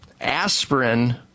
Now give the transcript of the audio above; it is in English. aspirin